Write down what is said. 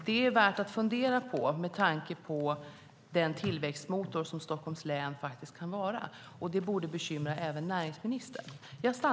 Det är värt att fundera på med tanke på den tillväxtmotor som Stockholms län faktiskt kan vara. Detta borde bekymra även näringsministern.